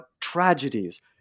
tragedies